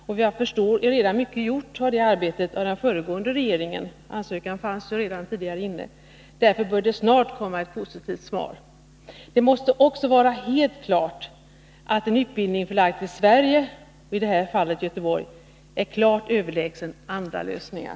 Såvitt jag förstår är redan mycket gjort av den föregående regeringen — ansökan kom ju redan innan den nya regeringen tillträdde. Därför bör det snart komma ett positivt svar. Det måste också vara helt klart att en utbildning förlagd till Sverige, i detta fall till Göteborg, är klart överlägsen andra lösningar.